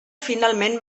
finalment